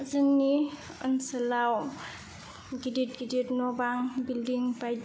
जोंनि ओनसोलाव गिदिर गिदिर न' बां बिल्डिं